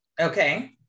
Okay